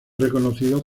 reconocido